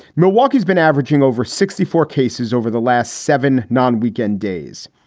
milwaukee has been averaging over sixty four cases over the last seven non weekend days.